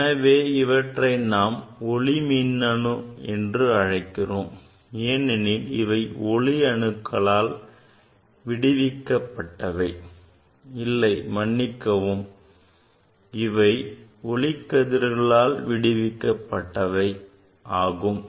எனவே இவற்றை நாம் ஒளி மின்னணு என்று அழைக்கிறோம் ஏனெனில் இவை ஒளி அணுக்களால் விடுவிக்கப்பட்டவை இல்லை மன்னிக்கவும் இவை ஒளிக்கதிர்களால் விடுவிக்கப்பட்டவை ஆகும்